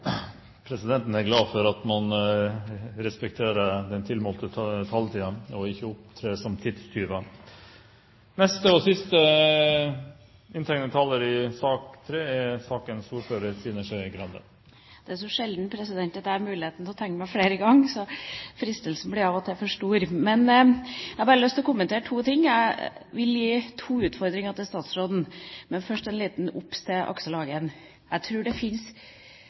Presidenten er glad for at man respekterer den tilmålte taletiden og ikke opptrer som tidstyv. Det er så sjelden jeg har muligheten til å tegne meg flere ganger, så fristelsen blir av og til for stor. Jeg har bare lyst til å kommentere to ting. Jeg vil gi to utfordringer til statsråden, men først en liten obs til Aksel Hagen. Jeg tror representanten Hagen skal lete veldig lenge for å finne eksempler på at enten det